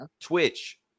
Twitch